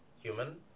human